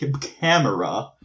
Camera